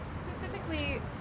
Specifically